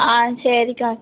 ஆ சரிக்கா